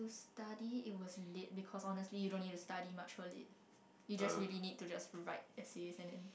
study it was lit because honestly you don't have to study much for lit you just really need to just write essays and then